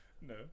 No